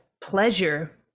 pleasure